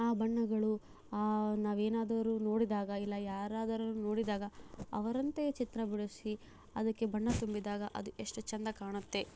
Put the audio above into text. ಆ ಬಣ್ಣಗಳು ನಾವೇನಾದರೂ ನೋಡಿದಾಗ ಇಲ್ಲ ಯಾರಾದರೂ ನೋಡಿದಾಗ ಅವರಂತೆ ಚಿತ್ರ ಬಿಡಿಸಿ ಅದಕ್ಕೆ ಬಣ್ಣ ತುಂಬಿದಾಗ ಅದು ಎಷ್ಟು ಚೆಂದ ಕಾಣುತ್ತೆ